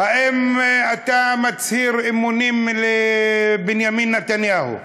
האם אתה מצהיר אמונים לבנימין נתניהו?